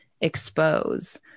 expose